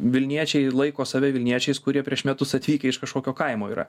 vilniečiai laiko save vilniečiais kurie prieš metus atvykę iš kažkokio kaimo yra